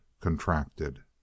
contracted